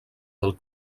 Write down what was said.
del